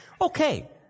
Okay